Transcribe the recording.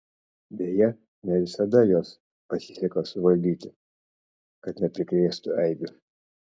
deja ne visada juos pasiseka suvaldyti kad neprikrėstų eibių